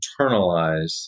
internalize